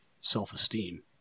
self-esteem